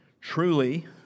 Truly